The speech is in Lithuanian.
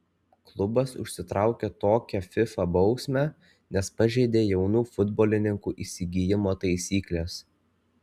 klubas užsitraukė tokią fifa bausmę nes pažeidė jaunų futbolininkų įsigijimo taisykles